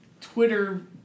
Twitter